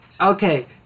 okay